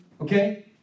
Okay